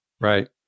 Right